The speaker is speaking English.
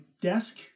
desk